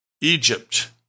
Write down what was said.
Egypt